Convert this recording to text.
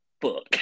book